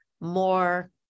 more